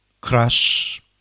crush